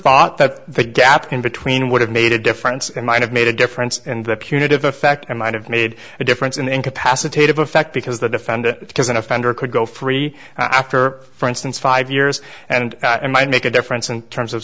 thought that the gap in between would have made a difference and might have made a difference in that punitive effect and might have made a difference in incapacitated effect because the defendant has an offender could go free after for instance five years and i might make a difference in terms of